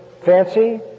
fancy